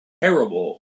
terrible